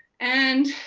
and